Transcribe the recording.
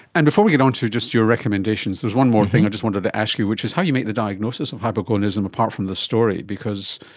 and before we get onto just your recommendations, there is one more thing i just wanted to ask you which is how you make the diagnosis of hypogonadism apart from the story, because